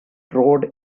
rode